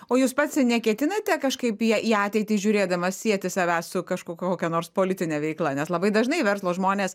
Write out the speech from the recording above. o jūs pats neketinate kažkaip į į ateitį žiūrėdamas sieti savęs su kažk kokia nors politine veikla nes labai dažnai verslo žmonės